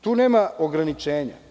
Tu nema ograničenja.